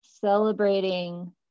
celebrating